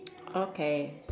okay